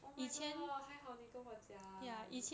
oh my god 还好你跟我讲